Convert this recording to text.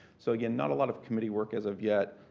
so, again, not a lot of committee work as of yet.